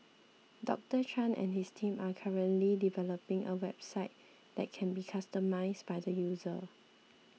Doctor Chan and his team are currently developing a website that can be customised by the user